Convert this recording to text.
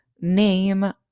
name